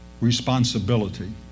responsibility